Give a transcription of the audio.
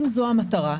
אם זו המטרה,